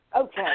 Okay